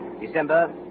December